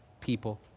people